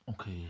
Okay